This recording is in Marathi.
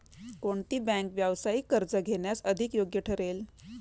कोणती बँक व्यावसायिक कर्ज घेण्यास अधिक योग्य ठरेल?